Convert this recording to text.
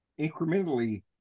incrementally